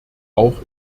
auch